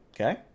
Okay